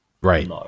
right